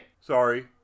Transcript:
Sorry